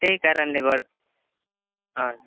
त्यही कारणले गर् हजुर